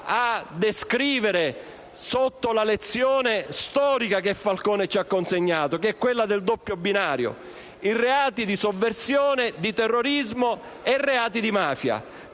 a descrivere sotto la lezione storica che Falcone ci ha consegnato, che è quella del doppio binario: i reati di sovversione, di terrorismo e quelli di mafia.